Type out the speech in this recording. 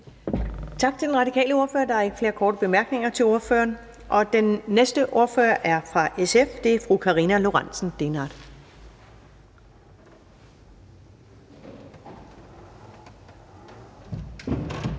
Tak til den radikale ordfører. Der er ikke flere korte bemærkninger til ordføreren. Den næste ordfører er fru Karina Lorentzen Dehnhardt